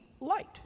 light